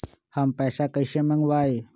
हम पैसा कईसे मंगवाई?